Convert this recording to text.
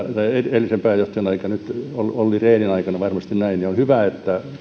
nyt olli rehnin aikana varmasti on näin on hyvä että